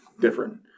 different